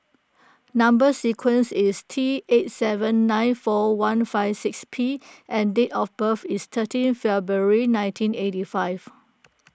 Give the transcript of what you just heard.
Number Sequence is T eight seven nine four one five six P and date of birth is thirteen February nineteen eighty five